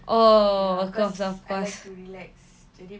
oh of course of course